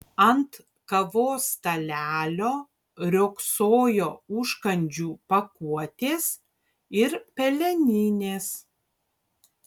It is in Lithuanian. ant kavos stalelio riogsojo užkandžių pakuotės ir peleninės